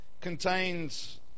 contains